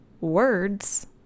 words